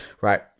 Right